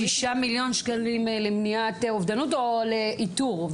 6 מיליון שקלים למניעת אובדנות או לאיתור,